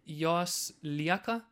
jos lieka